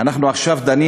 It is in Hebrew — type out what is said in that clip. אנחנו עכשיו דנים